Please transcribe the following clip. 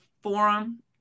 forum